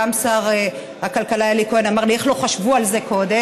גם שר הכלכלה אלי כהן אמר לי: איך לא חשבו על זה קודם.